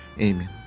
Amen